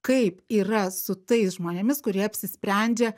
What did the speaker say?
kaip yra su tais žmonėmis kurie apsisprendžia